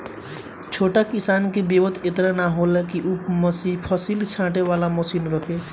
छोट किसान के बेंवत एतना ना होला कि उ फसिल छाँटे वाला मशीन रखे